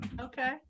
okay